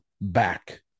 back